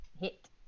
Hit